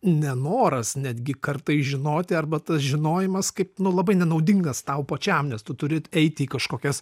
nenoras netgi kartais žinoti arba tas žinojimas kaip nu labai nenaudingas tau pačiam nes tu turi eiti į kažkokias